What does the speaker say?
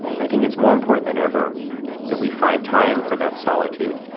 i think it's more important than ever that we find time for that solitude.